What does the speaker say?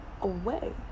away